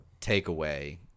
takeaway